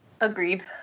Agreed